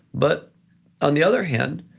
but on the other hand,